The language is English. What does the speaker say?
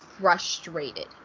frustrated